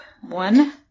one